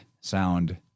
sound